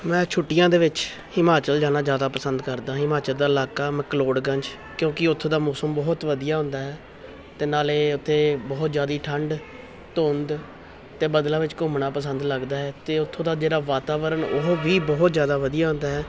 ਮੈਂ ਛੁੱਟੀਆਂ ਦੇ ਵਿੱਚ ਹਿਮਾਚਲ ਜਾਣਾ ਜ਼ਿਆਦਾ ਪਸੰਦ ਕਰਦਾ ਹਿਮਾਚਲ ਦਾ ਇਲਾਕਾ ਮਕਲੋੜਗੰਜ ਕਿਉਂਕਿ ਉੱਥੋਂ ਦਾ ਮੌਸਮ ਬਹੁਤ ਵਧੀਆ ਹੁੰਦਾ ਹੈ ਅਤੇ ਨਾਲੇ ਉੱਥੇ ਬਹੁਤ ਜ਼ਿਆਦਾ ਠੰਡ ਧੁੰਦ ਅਤੇ ਬੱਦਲਾਂ ਵਿੱਚ ਘੁੰਮਣਾ ਪਸੰਦ ਲੱਗਦਾ ਹੈ ਅਤੇ ਉੱਥੋਂ ਦਾ ਜਿਹੜਾ ਵਾਤਾਵਰਨ ਉਹ ਵੀ ਬਹੁਤ ਜ਼ਿਆਦਾ ਵਧੀਆ ਹੁੰਦਾ ਹੈ